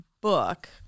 book